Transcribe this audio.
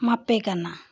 ᱢᱟᱯᱮ ᱠᱟᱱᱟ